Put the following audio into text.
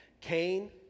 Cain